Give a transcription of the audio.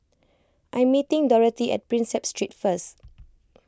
I'm meeting Dorathy at Prinsep Street first